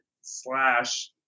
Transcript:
slash